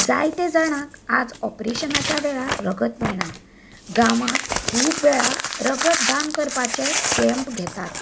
जायते जाणांक आयज ऑप्रेशनाच्या वेळार रगत मेळना गांवांक खूब वेळार रगत दान करपाचे कँप घेतात